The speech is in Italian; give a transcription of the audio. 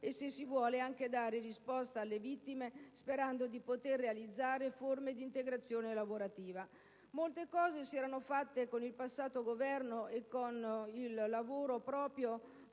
e se si vuole anche dare risposta alle vittime, sperando di poter realizzare forme di integrazione lavorativa. Molto è stato fatto con il passato Governo e con il lavoro del